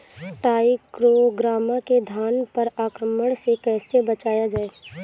टाइक्रोग्रामा के धान पर आक्रमण से कैसे बचाया जाए?